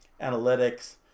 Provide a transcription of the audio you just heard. analytics